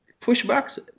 pushbacks